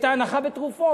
את ההנחה בתרופות.